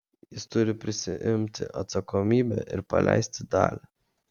jis turi prisiimti atsakomybę ir paleisti dalią